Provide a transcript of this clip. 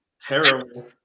terrible